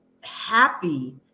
happy